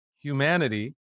humanity